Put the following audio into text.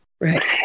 Right